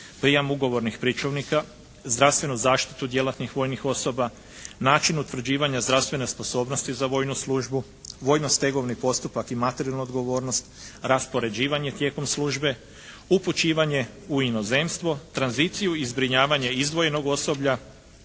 prijam ugovornih pričuvnika, zdravstvenu zaštitu djelatnih vojnih osoba, način utvrđivanja zdravstvene sposobnosti za vojnu službu, vojno-stegovni postupak i materijalnu odgovornost, raspoređivanje tijekom službe, upućivanje u inozemstvo, tranziciju i zbrinjavanje izdvojenog osoblja